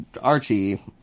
Archie